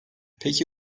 peki